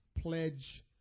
pledge